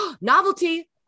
novelty